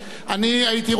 הייתי רוצה,